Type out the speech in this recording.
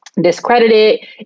Discredited